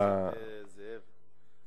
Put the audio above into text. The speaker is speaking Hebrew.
חבר הכנסת זאב,